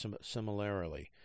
similarly